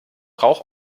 rauch